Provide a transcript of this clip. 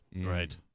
Right